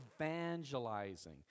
evangelizing